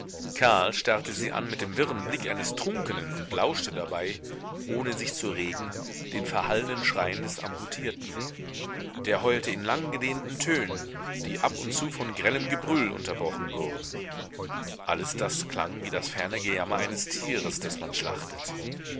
karl starrte sie an mit dem wirren blick eines trunkenen und lauschte dabei ohne sich zu regen den verhallenden schreien des amputierten der heulte in langgedehnten tönen die ab und zu von grellem gebrüll unterbrochen wurden alles das klang wie das ferne gejammer eines tieres das man schlachtet